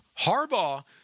Harbaugh